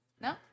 no